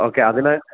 okay അതിന്